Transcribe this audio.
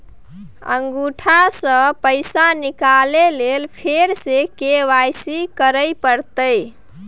अंगूठा स पैसा निकाले लेल फेर स के.वाई.सी करै परतै?